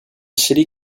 city